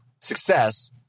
success